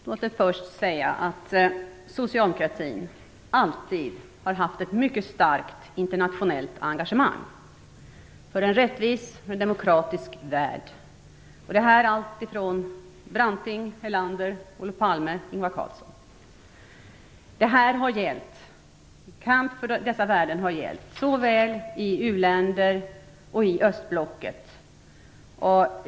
Herr talman! Låt mig först säga att socialdemokratin alltid har haft ett mycket starkt internationellt engagemang för en rättvis och demokratisk värld. Det har gällt alltifrån Hjalmar Branting, Tage Erlander, Olof Palme till Ingvar Carlsson. Kampen för dessa värden har gällt såväl i u-länder som i östblocket.